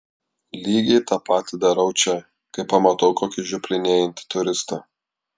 lygiai tą patį darau čia kai pamatau kokį žioplinėjantį turistą